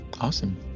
Awesome